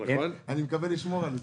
אני מקווה לשמור על זה.